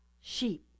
sheep